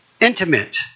Intimate